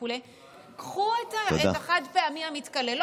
קחו את החד-פעמי המתכלה, תודה.